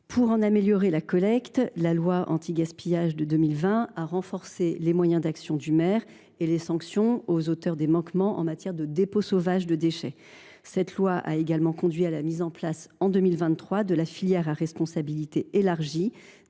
Pour en améliorer la collecte, la loi antigaspillage de 2020 est venue renforcer les moyens d’action du maire et les sanctions contre les responsables de dépôts sauvages de déchets. Cette loi a également conduit à la mise en place, en 2023, de la filière à responsabilité élargie